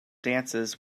dances